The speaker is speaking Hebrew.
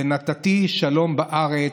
"ונתתי שלום בארץ".